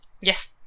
Yes